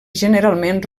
generalment